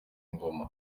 ingoma